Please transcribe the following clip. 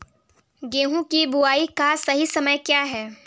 गेहूँ की बुआई का सही समय क्या है?